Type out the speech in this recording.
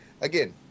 again